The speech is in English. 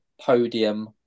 Podium